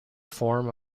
form